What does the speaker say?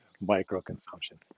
Micro-consumption